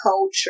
culture